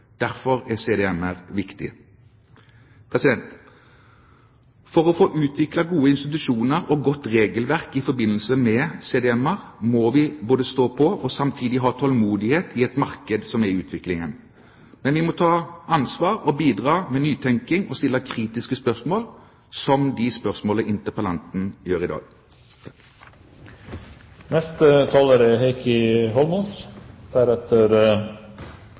Derfor er CDM-er viktige. For å få utviklet gode institusjoner og godt regelverk i forbindelse med CDM-er må vi både stå på og samtidig ha tålmodighet i et marked som er i utvikling. Men vi må ta ansvar og bidra med nytenkning og stille kritiske spørsmål, som interpellanten gjør i dag. Tusen takk til Nikolai Astrup, som tar opp debatten om hvordan vi sørger for at de kvotene vi kjøper, er